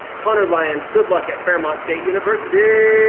connor lyons good luck at fairmont state university.